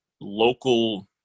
local